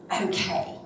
Okay